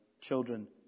children